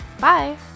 Bye